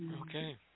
Okay